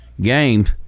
games